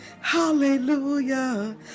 hallelujah